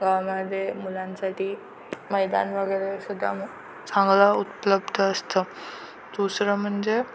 गावामध्ये मुलांसाठी मैदान वगैरे सुद्धा चांगलं उपलब्ध असतं दुसरं म्हणजे